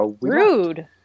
Rude